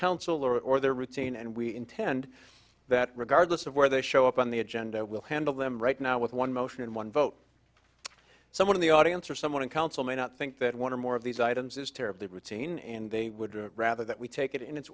counselor or their routine and we intend that regardless of where they show up on the agenda we'll handle them right now with one motion and one vote someone in the audience or someone in council may not think that one or more of these items is terribly routine and they would rather that we take it in it